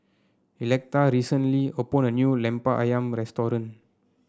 Electa recently opened a new Lemper ayam restaurant